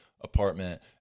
apartment